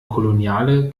koloniale